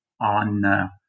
on